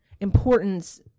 importance